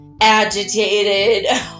agitated